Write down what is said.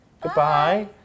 Goodbye